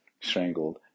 strangled